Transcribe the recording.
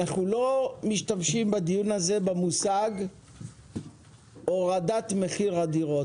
אנחנו לא משתמשים בדיון הזה במושג "הורדת מחיר הדירות",